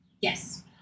Yes